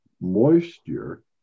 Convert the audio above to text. moisture